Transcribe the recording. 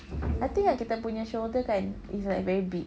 I think ah kita punya shoulder kan is like very big